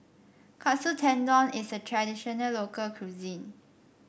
Katsu Tendon is a traditional local cuisine